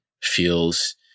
feels